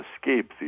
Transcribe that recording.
escape